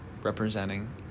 representing